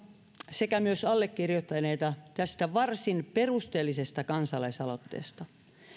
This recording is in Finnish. sekä myös allekirjoittaneita tästä varsin perusteellisesta kansalaisaloitteesta